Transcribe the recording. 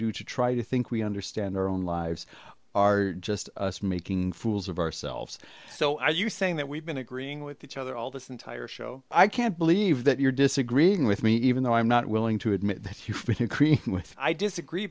do to try to think we understand our own lives are just us making fools of ourselves so are you saying that we've been agreeing with each other all this entire show i can't believe that you're disagreeing with me even though i'm not willing to admit that you can create with i disagree